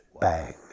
bang